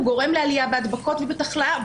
הוא גורם לעלייה בהדבקות ובתחלואה,